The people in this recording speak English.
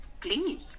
Please